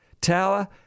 Tower